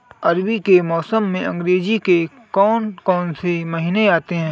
रबी के मौसम में अंग्रेज़ी के कौन कौनसे महीने आते हैं?